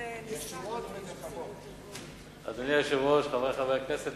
רבותי חברי הכנסת,